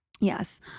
Yes